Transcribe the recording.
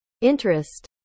interest